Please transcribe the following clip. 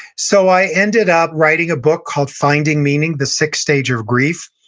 so i ended up writing a book called, finding meaning the sixth stage of grief.